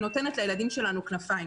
היא נותנת לילדים שלנו כנפיים.